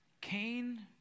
Cain